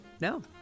No